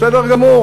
בסדר גמור.